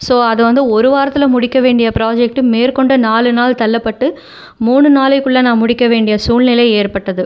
so அது வந்து ஒரு வாரத்தில் முடிக்க வேண்டிய ப்ராஜெக்ட் மேற்கொண்டு நாலு நாள் தள்ளப்பட்டு மூணு நாளைக்குள் நான் முடிக்க வேண்டிய சூழ்நிலை ஏற்பட்டது